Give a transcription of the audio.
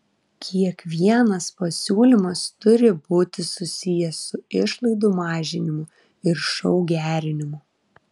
kiekvienas pasiūlymas turi būti susijęs su išlaidų mažinimu ir šou gerinimu